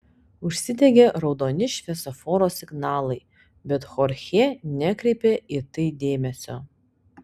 užsidegė raudoni šviesoforo signalai bet chorchė nekreipė į tai dėmesio